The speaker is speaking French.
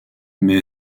mais